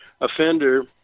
offender